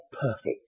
perfect